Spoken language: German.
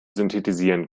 synthetisieren